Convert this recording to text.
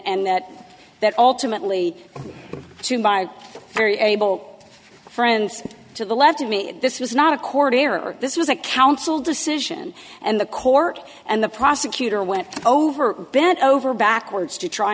that that ultimately to my very able friends to the left of me this was not a court error this was a council decision and the court and the prosecutor went over bent over backwards to try